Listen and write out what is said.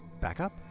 Backup